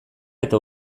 eta